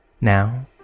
Now